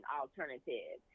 alternative